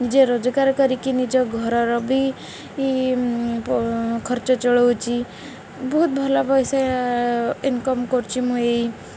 ନିଜେ ରୋଜଗାର କରିକି ନିଜ ଘରର ବି ଖର୍ଚ୍ଚ ଚଳାଉଛି ବହୁତ ଭଲ ପଇସା ଇନକମ୍ କରୁଛି ମୁଁ ଏଇ